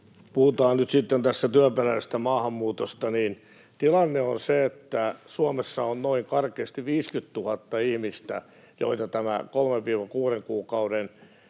Puhutaan nyt sitten tästä työperäisestä maahanmuutosta. Tilanne on se, että Suomessa on noin karkeasti 50 000 ihmistä, joita koskee tämä 3—6 kuukauden